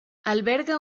alberga